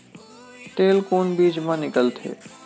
तेल कोन बीज मा निकलथे?